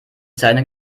zähne